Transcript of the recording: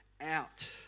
out